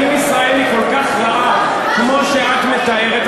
אם ישראל היא כל כך רעה כמו שאת מתארת,